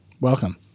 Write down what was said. Welcome